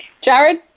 Jared